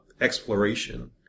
exploration